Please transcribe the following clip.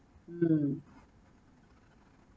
mm